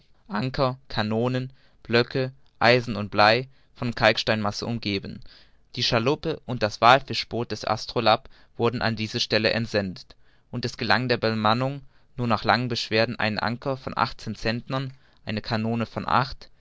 anker kanonen blöcke eisen und blei von kalksteinmasse umgeben die schaluppe und das wallfischboot des astrolabe wurden an diese stelle entsendet und es gelang der bemannung nur nach langen beschwerden einen anker von achtzehn centnern eine kanone von acht